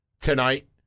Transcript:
tonight